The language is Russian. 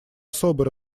особый